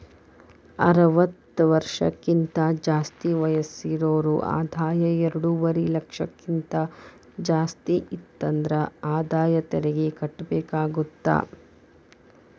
ಅರವತ್ತ ವರ್ಷಕ್ಕಿಂತ ಜಾಸ್ತಿ ವಯಸ್ಸಿರೋರ್ ಆದಾಯ ಎರಡುವರಿ ಲಕ್ಷಕ್ಕಿಂತ ಜಾಸ್ತಿ ಇತ್ತಂದ್ರ ಆದಾಯ ತೆರಿಗಿ ಕಟ್ಟಬೇಕಾಗತ್ತಾ